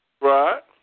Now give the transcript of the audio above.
Right